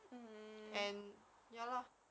and ya lah